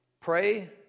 pray